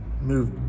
move